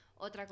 otra